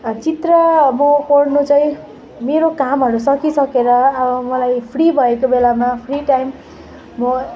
चित्र म कोर्नु चाहिँ मेरो कामहरू सकिसकेर अब मलाई फ्री भएको बेलामा फ्री टाइम म